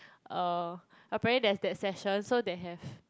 uh apparently there's that session so they have